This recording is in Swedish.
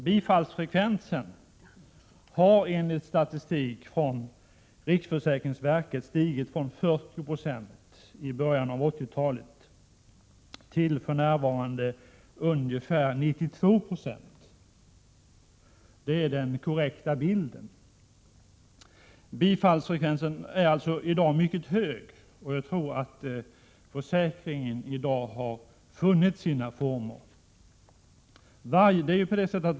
Bifallsfrekvensen har enligt statistik från riksförsäkringsverket stigit från 40 22 i början av 1980-talet till för närvarande ungefär 92 Jo. Det är den korrekta bilden. Bifallsfrekvensen är alltså i dag mycket hög. Jag tror att försäkringen har funnit sina former.